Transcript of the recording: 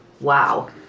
wow